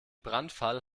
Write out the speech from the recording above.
brandfall